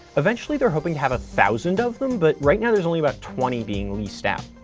eventually, they're hoping to have a thousand of them, but right now there's only about twenty being leased out.